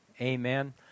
Amen